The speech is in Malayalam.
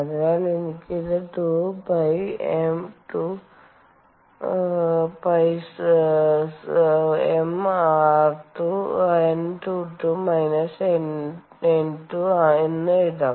അതിനാൽ എനിക്ക് ഇത് 2 π2 M r2 N22 N 2 എന്ന് എഴുതാം